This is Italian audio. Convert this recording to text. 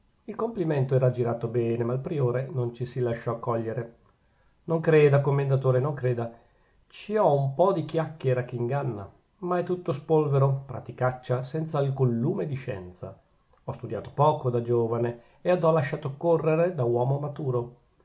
il complimento era girato bene ma il priore non ci si lasciò cogliere non creda commendatore non creda ci ho un po di chiacchiera che inganna ma è tutto spolvero praticaccia senza alcun lume di scienza ho studiato poco da giovane ed ho lasciato correre da uomo maturo